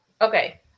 Okay